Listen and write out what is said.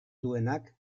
duenak